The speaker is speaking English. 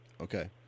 Okay